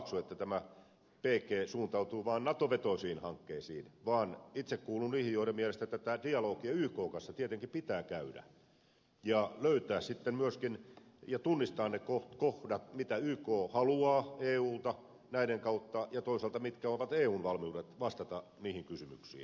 laakso että bg suuntautuu vain nato vetoisiin hankkeisiin vaan itse kuulun niihin joiden mielestä tätä dialogia ykn kanssa tietenkin pitää käydä ja sitten myöskin löytää ja tunnistaa ne kohdat mitä yk haluaa eulta näiden kautta ja toisaalta mitkä ovat eun valmiudet vastata niihin kysymyksiin